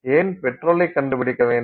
ஏன் பெட்ரோலைக் கண்டுபிடிக்க வேண்டும்